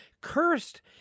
Cursed